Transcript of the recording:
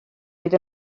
oedd